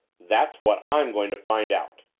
that's what i'm going to find out!